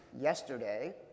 yesterday